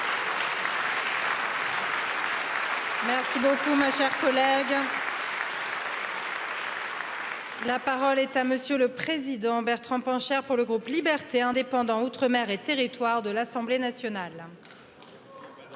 merci beaucoup ma chère collègue la parole est à monsieur le président bertrand pancher pour le groupe liberté indépendant outre mer et territoire de l'assemblée nationale la